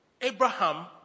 Abraham